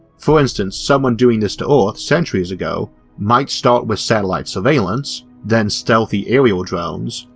for instance someone doing this to earth centuries ago might start with satellite surveillance, then stealthy aerial drones,